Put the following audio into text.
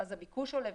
אז הביקוש עולה,